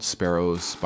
Sparrows